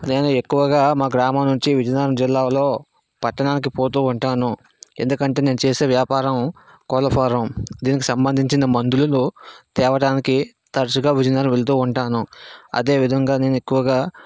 నేను ఎక్కువగా మా గ్రామం నుంచి విజయనగరం జిల్లాలో పట్టణానికి పోతూ ఉంటాను ఎందుకంటే నేను చేసే వ్యాపారం కోళ్ళ ఫారం దీనికి సంబంధించిన మందులలో తేవడానికి తరచుగా విజయనగరం వెళ్తూ ఉంటాను అదేవిధంగా నేను ఎక్కువగా